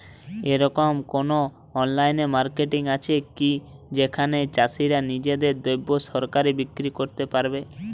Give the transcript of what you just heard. এরকম কোনো online market আছে কি যেখানে চাষীরা নিজেদের দ্রব্য সরাসরি বিক্রয় করতে পারবে?